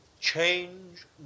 change